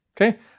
okay